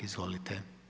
Izvolite.